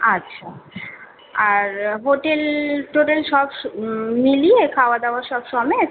আচ্ছা আর hotel total সব সু মিলিয়ে খাওয়াদাওয়া সব সমেত